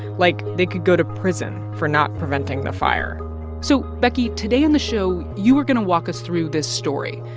like, they could go to prison for not preventing the fire so, becky, today on the show, you are going to walk us through this story.